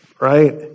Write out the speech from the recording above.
right